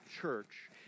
church